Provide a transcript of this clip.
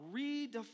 redefine